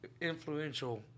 influential